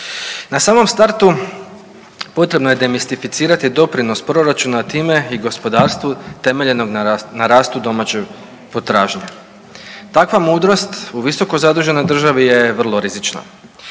Na samom startu potrebno je demistificirati doprinos proračuna, time i gospodarstvu temeljenog na rastu domaće potražnje. Takva mudrost u visokozaduženoj državi je vrlo rizična.